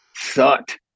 Sucked